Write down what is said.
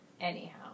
anyhow